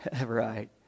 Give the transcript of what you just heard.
Right